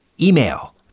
Email